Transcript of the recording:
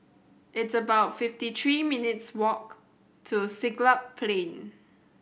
it's about fifty three minutes' walk to Siglap Plain